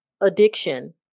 addiction